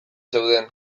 zeuden